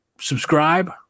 subscribe